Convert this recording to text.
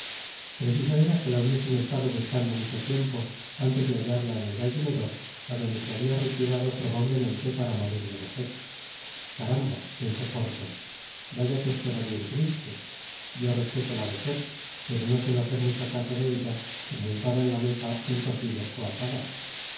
preciso era que la hubiesen estado buscando mucho tiempo antes de hallarla en el gallinero á donde se habia retirado probablemente para morir de vejez caramba pensó porthos vaya que es cosa bien triste yo respeto la vejez pero no suelo hacer mucho caso de ella presentada en ta mesa en cocido ó asada